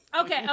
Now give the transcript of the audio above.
Okay